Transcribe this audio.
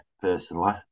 personally